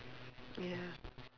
ya